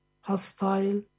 hostile